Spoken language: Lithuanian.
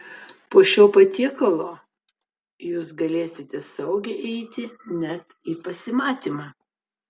po šio patiekalo jūs galėsite saugiai eiti net į pasimatymą